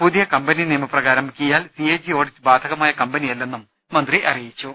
പുതിയ കമ്പനി നിയമപ്രകാരം KIAL C A G audit ബാധകമായ കമ്പനിയല്ലെന്നും മന്ത്രി അറിയിച്ചു